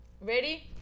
Ready